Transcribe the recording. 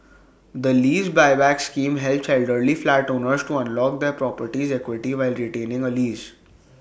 the lease Buyback scheme helps elderly flat owners to unlock their property's equity while retaining A lease